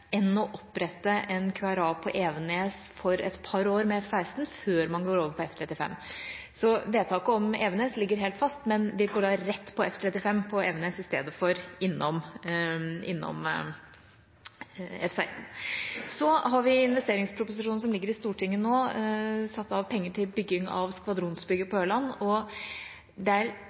enn å opprette en QRA på Evenes for et par år med F-16, før vi går over på F-35. Så vedtaket om Evenes ligger helt fast, men vi går rett på F-35 på Evenes i stedet for å gå innom F-16. Så har vi i investeringsproposisjonen, som ligger i Stortinget nå, satt av penger til bygging av skvadronsbygget på Ørland, og